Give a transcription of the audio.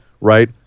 right